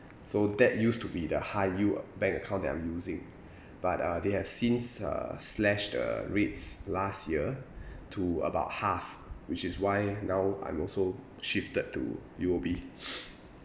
so that used to be the high yield uh bank account that I'm using but uh they have since uh slashed the rates last year to about half which is why now I'm also shifted to U_O_B